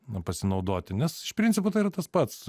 na pasinaudoti nes iš principo tai yra tas pats